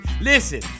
Listen